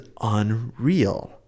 unreal